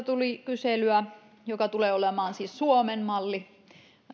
tuli kyselyä islannin mallista joka tulee olemaan siis suomen malli